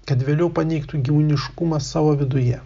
kad vėliau paneigtų giminiškumą savo viduje